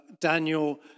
Daniel